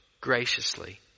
graciously